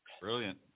Brilliant